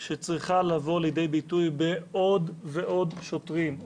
שצריכה לבוא לידי ביטוי בעוד ועוד שוטרים,